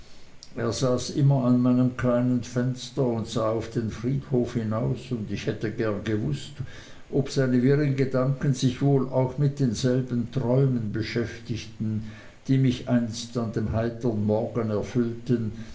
immer an meinem kleinen fenster und sah auf den friedhof hinaus und ich hätte gern gewußt ob seine wirren gedanken sich wohl auch mit denselben träumen beschäftigten die mich einst an dem heitern morgen erfüllten